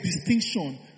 distinction